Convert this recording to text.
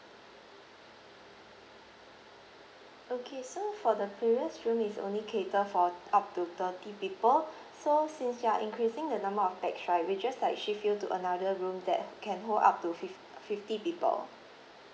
okay so for the previous room it's only cater for up to thirty people so since you are increasing the number of pax right we just like shift you to another room that can hold up to fif~ fifty people